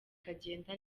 kagenda